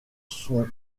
son